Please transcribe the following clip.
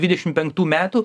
dvidešim penktų metų